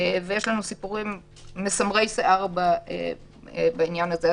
יש לנו סיפורים מסמרי שיער בעניין הזה.